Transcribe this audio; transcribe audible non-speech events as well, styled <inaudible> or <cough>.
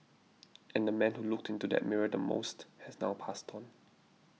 <noise> and the man who looked into that mirror the most has now passed on